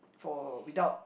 for without